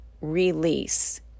release